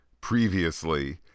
previously